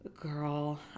Girl